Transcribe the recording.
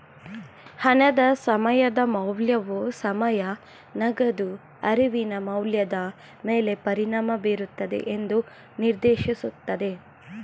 ಹಣದ ಸಮಯದ ಮೌಲ್ಯವು ಸಮಯ ನಗದು ಅರಿವಿನ ಮೌಲ್ಯದ ಮೇಲೆ ಪರಿಣಾಮ ಬೀರುತ್ತದೆ ಎಂದು ನಿರ್ದೇಶಿಸುತ್ತದೆ